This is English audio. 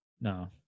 No